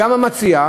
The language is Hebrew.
גם המציעה,